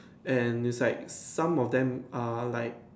and it's like some of them are like